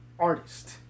artist